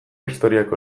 historiak